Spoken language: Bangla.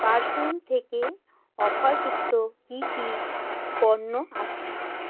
পারফিউম থেকে অফার যুক্ত কী কী পণ্য আছে